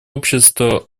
общество